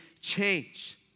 change